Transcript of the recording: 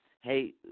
hey